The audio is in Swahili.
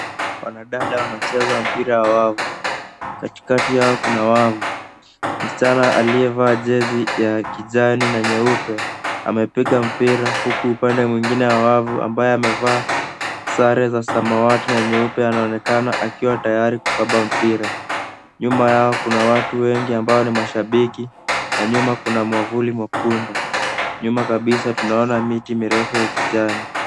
Wanadada wanacheza mpira wa wavu. Katikati yao kuna wavu. Msichana aliyevaa jezi ya kijani na nyeupe, amepiga mpira huku upande mwingine wa wavu ambaye amevaa sare za samawati na nyeupe, anaonekana akiwa tayari kukaba mpira. Nyuma yao kuna watu wengi ambao ni mashabiki, na nyuma kuna mwavuli mwekundu. Nyuma kabisa tunaona miti mirefu ya kijani.